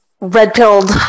red-pilled